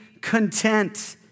content